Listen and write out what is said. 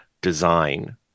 design